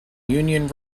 union